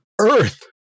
Earth